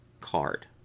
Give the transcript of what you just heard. card